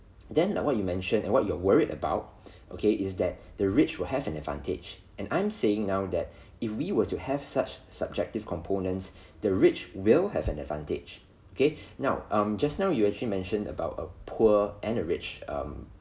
then like what you mentioned and what you're worried about okay is that the rich will have an advantage and I'm saying now that if we were to have such subjective components the rich will have an advantage okay now um just now you actually mentioned about a poor and a rich um